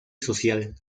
social